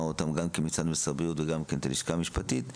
אותן גם את משרד הבריאות וגם את הלשכה המשפטית,